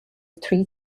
three